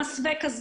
במעין מסווה,